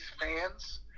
fans